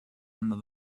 under